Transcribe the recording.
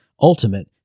Ultimate